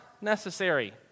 necessary